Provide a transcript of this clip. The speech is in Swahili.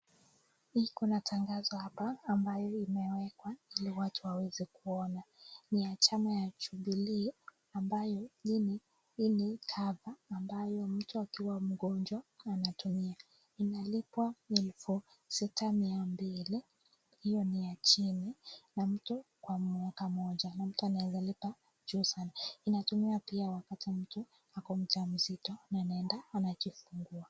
Hii kuna tangazo hapa ambayo inawekwa iliwatu waweze kuona ni ya chama ya jubilii ambayo hii ni (cover) ambayo mtu akiwa mgonjwa anatumia inalipwa elfu sita mia mbili hiyo ni ya chini kwa mtu kwa mwaka moja na mtu anaweza lipa juu sana inatumika pia wakati mtu ako mjamzito na anaenda anjifungua.